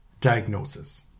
diagnosis